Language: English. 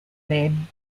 name